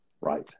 right